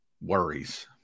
worries